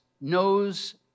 knows